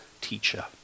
teacher